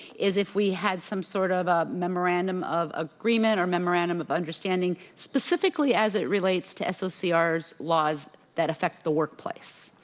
is if we had some sort of a memorandum of agreement, or memorandum of understanding, specifically as it relates to sscr is laws that affect the workplace.